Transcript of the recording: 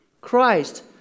Christ